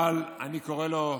אבל אני קורא לו: